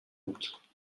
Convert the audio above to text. بود